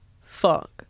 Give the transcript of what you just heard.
fuck